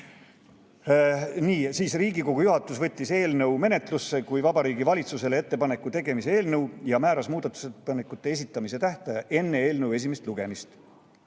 Niisiis, Riigikogu juhatus võttis eelnõu menetlusse kui Vabariigi Valitsusele ettepaneku tegemise eelnõu ja määras muudatusettepanekute esitamise tähtaja enne eelnõu esimest lugemist.